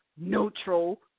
neutral